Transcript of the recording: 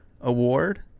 award